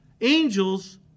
angels